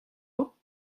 mañ